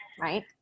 right